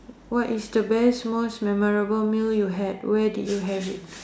what is the best most memorable meal you had where did you have it